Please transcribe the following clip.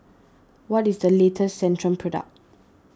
what is the latest Centrum Product